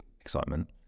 excitement